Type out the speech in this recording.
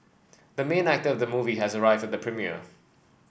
the main actor of the movie has arrived at the premiere